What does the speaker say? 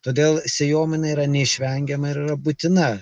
todėl sėjomaina yra neišvengiama ir yra būtina